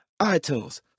itunes